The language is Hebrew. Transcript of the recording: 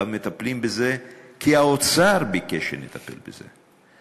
גם מטפלים בזה כי האוצר ביקש שנטפל בזה.